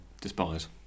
despise